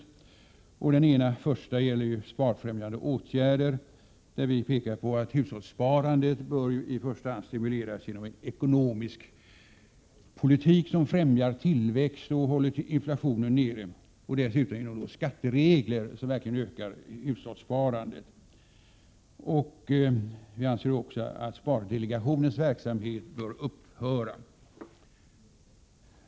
I reservation 1, som gäller sparfrämjande åtgärder, pekar vi på att hushållssparandet i första hand bör stimuleras genom en ekonomisk politik som främjar tillväxt och håller inflationen nere samt genom skatteregler som gynnar ökat hushållssparande. Vi anser också att spardelegationens verksamhet bör upphöra.